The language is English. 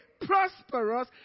prosperous